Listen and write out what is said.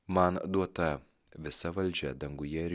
man duota visa valdžia danguje ir